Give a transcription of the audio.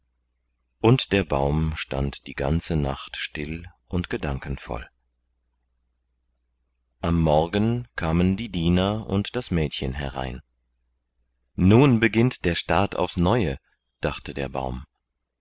und der baum stand die ganze nacht still und gedankenvoll am morgen kamen die diener und das mädchen herein nun beginnt der staat aufs neue dachte der baum